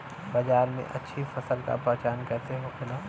बाजार में अच्छी फसल का पहचान कैसे होखेला?